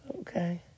Okay